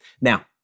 Now